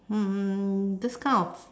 um this kind of